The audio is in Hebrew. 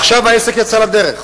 ועכשיו העסק יצא לדרך.